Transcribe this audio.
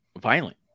violent